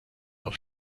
auf